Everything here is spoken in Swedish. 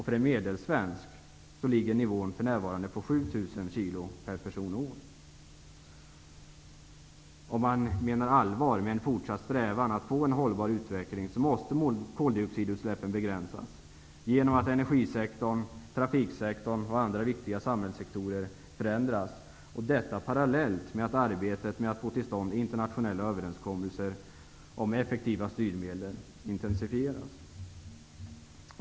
För en medelsvensk ligger nivån för närvarande på 7 000 Om man menar allvar med en fortsatt strävan att få en hållbar utveckling måste koldioxidutsläppen begränsas genom att energisektorn, trafiksektorn och andra viktiga samhällssektorer förändras, detta parallellt med att arbetet med att få till stånd internationella överenskommelser om effektiva styrmedel intensifieras.